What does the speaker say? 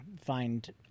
find